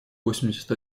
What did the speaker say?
восемьдесят